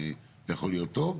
טוב.